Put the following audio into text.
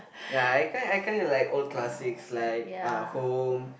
ya I kind I kind of like old classics like uh home